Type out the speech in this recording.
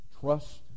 trust